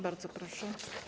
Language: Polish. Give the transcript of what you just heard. Bardzo proszę.